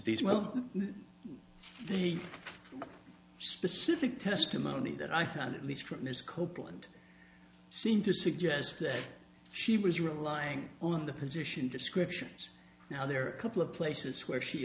these well the specific testimony that i found at least from those copeland seemed to suggest that she was relying on the position descriptions now there are a couple of places where she